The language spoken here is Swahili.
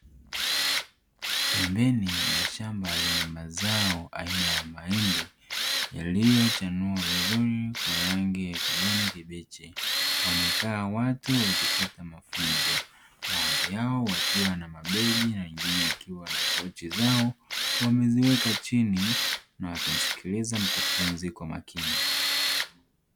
Pembeni ya shamba lenye mazao aina ya mahindi yaliyochanua vizuri kwa rangi ya kijani kibichi wamekaa watu wakipata mafunzo, baadhi yao wakiwa na mabegi na wengine yakiwa na pochi zao wameziweka chini na wakimsikiliza mkufunzi kwa makini